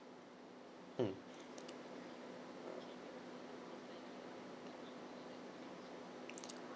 hmm